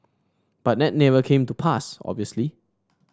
but net never came to pass obviously